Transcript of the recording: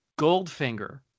Goldfinger